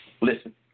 listen